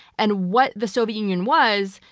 and what the soviet union was,